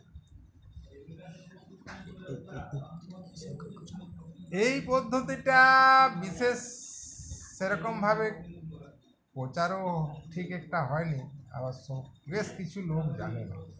এই পদ্ধতিটা বিশেষ সেরকমভাবে প্রচারও ঠিক একটা হয় নি অবশ্য বেশ কিছু লোক জানে না